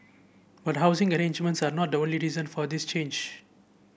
but housing arrangements are not the only reason for this change